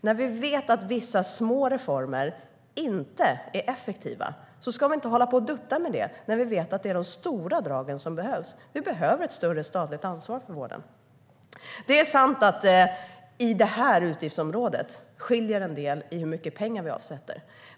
När vi vet att vissa små reformer inte är effektiva ska vi inte hålla på och dutta med det när vi vet att det är de stora dragen som behövs. Vi behöver ett större statligt ansvar för vården. Det är sant att det i detta utgiftsområde skiljer en del i hur mycket pengar vi avsätter.